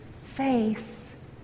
face